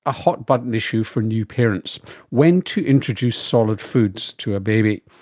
a hot-button issue for new parents when to introduce solid foods to a baby.